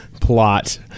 plot